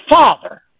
father